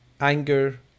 anger